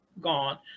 gone